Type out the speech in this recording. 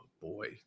boy